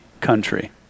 country